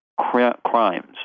crimes